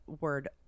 word